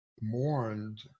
mourned